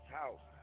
house